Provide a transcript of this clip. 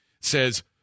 says